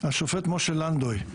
השופט משה לנדוי.